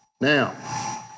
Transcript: now